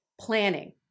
planning